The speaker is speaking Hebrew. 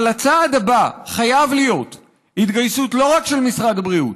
אבל הצעד הבא חייב להיות התגייסות לא רק של משרד הבריאות,